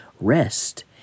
Rest